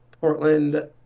Portland